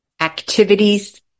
activities